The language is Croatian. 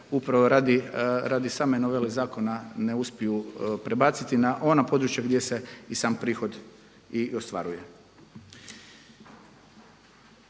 upravo radi same novele zakona ne uspiju prebaciti na ona područja gdje se i sam prihod i ostvaruje.